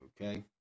Okay